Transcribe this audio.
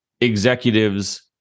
executives